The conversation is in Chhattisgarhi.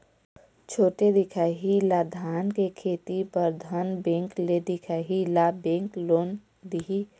छोटे दिखाही ला धान के खेती बर धन बैंक ले दिखाही ला बैंक लोन दिही?